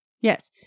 Yes